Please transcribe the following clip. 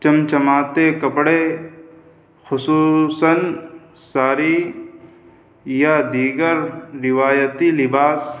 چمچماتے کپڑے خصوصاً ساڑی یا دیگر روایتی لباس